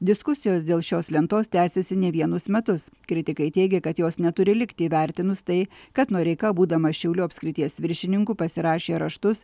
diskusijos dėl šios lentos tęsiasi ne vienus metus kritikai teigia kad jos neturi likti įvertinus tai kad noreika būdamas šiaulių apskrities viršininku pasirašė raštus